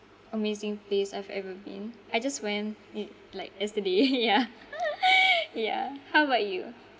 amazing place I've ever been I just went it like yesterday yeah yeah how about you